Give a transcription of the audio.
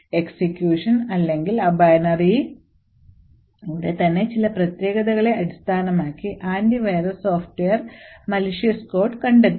execution അല്ലെങ്കിൽ ആ binary യുടെ തന്നെ ചില പ്രത്യേകതകളെ അടിസ്ഥാനമാക്കി antivirus software malicoious code കണ്ടെത്തും